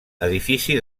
edifici